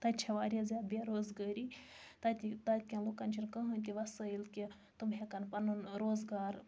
تَتہِ چھِ واریاہ زیاد بے روزگٲری تتہ تتہِ کٮ۪ن لُکَن چھِنہٕ کٕہٕنۍ تہٕ وَصٲیِل کہِ تم ہیٚکن پَنُن روزگار